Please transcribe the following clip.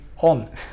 on